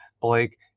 Blake